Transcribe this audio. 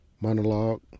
monologue